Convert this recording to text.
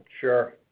Sure